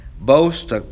boast